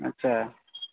अच्छा